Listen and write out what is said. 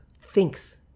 thinks